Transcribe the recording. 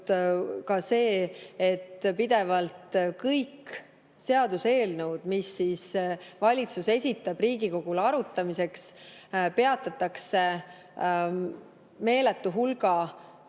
ka see, et pidevalt kõik seaduseelnõud, mille valitsus esitab Riigikogule arutamiseks, peatatakse meeletu hulga